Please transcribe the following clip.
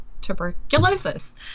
tuberculosis